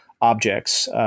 objects